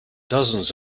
dozens